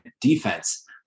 defense